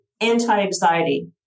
anti-anxiety